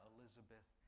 Elizabeth